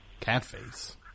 Catface